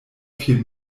vier